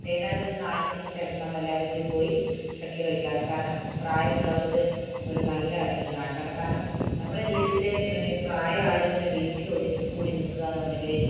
വൈകുന്നേരം ഒരു നാല് മണിക്ക് ശേഷം നമ്മളെല്ലാവരും കൂടി പോയി ഷട്ടിൽ കളിക്കാറുണ്ട് കാരണം പ്രായം ഉള്ളവർക്ക് ഒരു നല്ല ഒരു ഇതാണ് കാരണം കാരണം നമ്മളെ ജീവിതത്തിൽ പ്രായം ആയവർ ഇങ്ങനെ വീട്ടിൽ ഒതുങ്ങിക്കൂടി നിൽക്കുകയെന്ന് പറഞ്ഞെങ്കിൽ